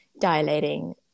dilating